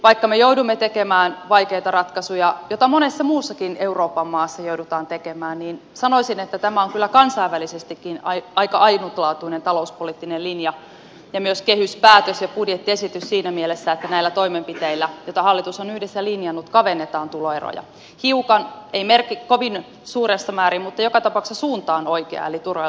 vaikka me joudumme tekemään vaikeita ratkaisuja joita monessa muussakin euroopan maassa joudutaan tekemään niin sanoisin että tämä on kyllä kansainvälisestikin aika ainutlaatuinen talouspoliittinen linja ja myös kehyspäätös ja budjettiesitys siinä mielessä että näillä toimenpiteillä joita hallitus on yhdessä linjannut kavennetaan tuloeroja hiukan ei kovin suuressa määrin mutta joka tapauksessa suunta on oikea eli tuloerot kapenevat